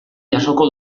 jasoko